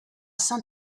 saint